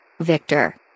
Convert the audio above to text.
Victor